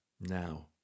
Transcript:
Now